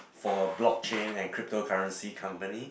for blockchain and cryptocurrency company